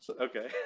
Okay